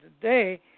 today